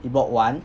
he bought one